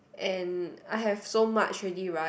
and I have so much already right